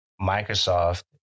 Microsoft